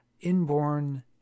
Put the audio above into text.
inborn